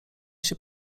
się